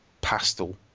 Pastel